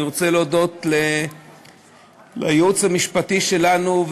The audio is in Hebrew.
אני רוצה להודות לייעוץ המשפטי שלנו,